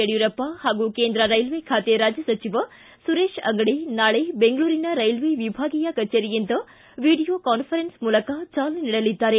ಯಡಿಯೂರಪ್ಪ ಹಾಗೂ ಕೇಂದ್ರ ರೈಲ್ವೆ ಖಾತೆ ರಾಜ್ಯ ಸಚಿವ ಸುರೇಶ್ ಅಂಗಡಿ ನಾಳೆ ಬೆಂಗಳೂರಿನ ರೈಲ್ವೆ ವಿಭಾಗೀಯ ಕಚೇರಿಯಿಂದ ವಿಡಿಯೊ ಕಾನ್ಫರೆನ್ಸ್ ಮೂಲಕ ಚಾಲನೆ ನೀಡಲಿದ್ದಾರೆ